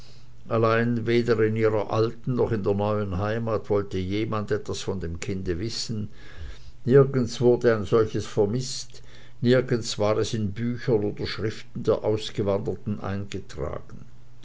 allein weder in ihrer alten noch in der neuen heimat wollte jemand etwas von dem kinde wissen nirgends wurde ein solches vermißt nirgends war es in büchern oder schriften der ausgewanderten eingetragen